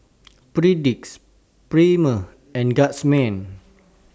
Perdix Premier and Guardsman